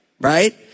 right